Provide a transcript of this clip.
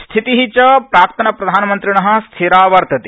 स्थिति च प्राक्तनप्रधानमन्त्रिण स्थिरा वर्तते